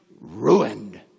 ruined